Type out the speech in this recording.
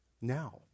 now